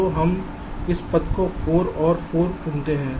तो हम इस पथ को 4 और 4 चुनते हैं